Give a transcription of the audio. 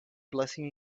blessing